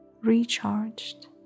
recharged